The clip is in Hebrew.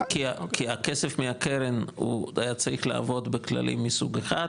כי הכסף מהקרן הוא היה צריך לעבוד בכללים מסוג אחד,